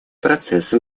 процесс